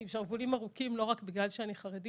אני עם שרוולים ארוכים לא רק בגלל שאני חרדית,